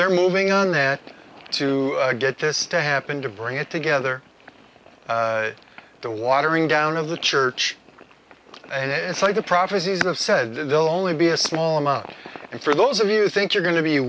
they're moving on to get this to happen to bring it together the watering down of the church and it's like the prophecies of said they'll only be a small amount and for those of you think you're going to be